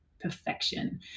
perfection